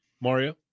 Mario